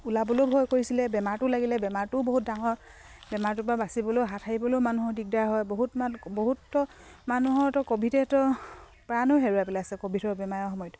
ওলাবলৈও ভয় কৰিছিলে বেমাৰটো লাগিলে বেমাৰটোও বহুত ডাঙৰ বেমাৰটোৰপৰা বাচিবলৈও হাত সাৰিবলৈও মানুহৰ দিগদাৰ হয় বহুত বহুতো মানুহৰতো ক'ভিডেটো প্ৰাণো হেৰুৱাই পেলাইছে ক'ভিডৰ বেমাৰৰ সময়ত